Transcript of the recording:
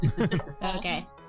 Okay